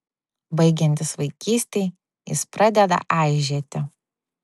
baigiantis vaikystei jis pradeda aižėti